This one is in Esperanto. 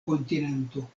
kontinento